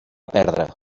perdre